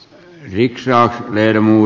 hendrix ja jermu